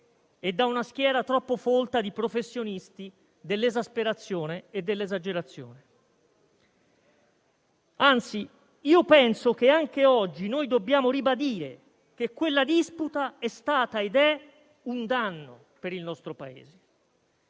e da una schiera troppo folta di professionisti dell'esasperazione e dell'esagerazione. Anzi, penso che anche oggi dobbiamo ribadire che quella disputa è stata ed è un danno per il nostro Paese.